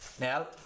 now